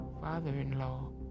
father-in-law